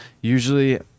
usually